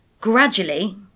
Gradually